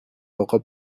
poco